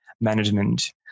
management